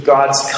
God's